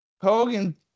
Hogan